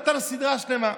נתן לו סדרה שלמה.